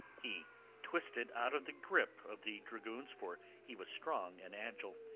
he twisted out of the grip of the dragoons, for he was strong and agile,